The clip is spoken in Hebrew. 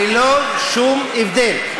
ללא שום הבדל.